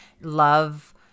love